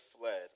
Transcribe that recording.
fled